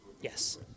yes